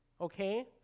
okay